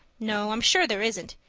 no, i'm sure there isn't.